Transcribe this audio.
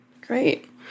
Great